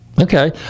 Okay